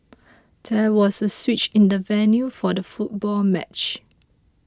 there was a switch in the venue for the football match